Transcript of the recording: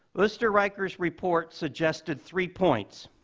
oesterreicher's report suggested three points.